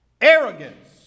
arrogance